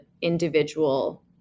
individual